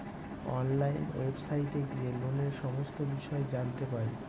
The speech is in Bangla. অনলাইন ওয়েবসাইটে গিয়ে লোনের সমস্ত বিষয় জানতে পাই